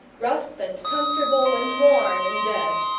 rough and comfortable and warm in bed.